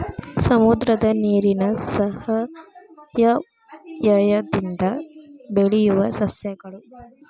ಸಮುದ್ರದ ನೇರಿನ ಸಯಹಾಯದಿಂದ ಬೆಳಿಯುವ ಸಸ್ಯಗಳು